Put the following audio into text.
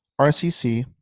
RCC